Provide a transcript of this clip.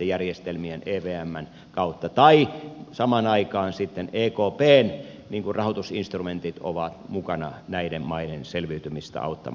järjestelmien evmn kautta tai samaan aikaan ekpn rahoitusinstrumentit ovat mukana näiden maiden selviytymistä auttamassa